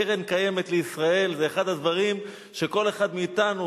קרן קיימת לישראל זה אחד הדברים שכל אחד מאתנו,